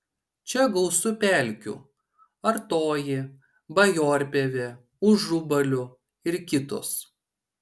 čia gausu pelkių artoji bajorpievė užubalių ir kitos